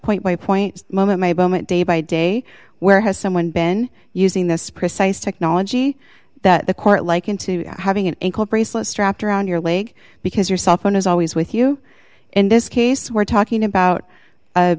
point by point moment may bowman day by day where has someone been using this precise technology that the court like into having an ankle bracelet strapped around your leg because your cell phone is always with you in this case we're talking about